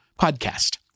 podcast